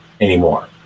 anymore